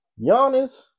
Giannis